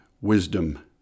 wisdom